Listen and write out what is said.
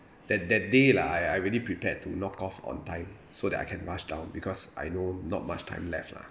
that that day lah I already prepared to knock off on time so that I can rush down because I know not much time left lah